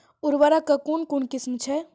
उर्वरक कऽ कून कून किस्म छै?